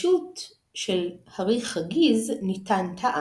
בשו"ת של ר"י חאגיז ניתן טעם,